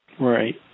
Right